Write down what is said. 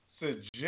Suggest